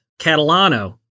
Catalano